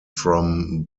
from